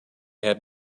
have